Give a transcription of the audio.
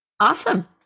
Awesome